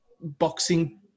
boxing